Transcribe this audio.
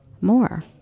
More